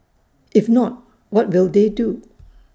if not what will they do